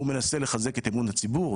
הוא מנסה לחזק את אמון ציבור,